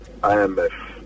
IMF